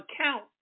account